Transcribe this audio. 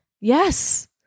Yes